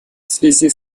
связи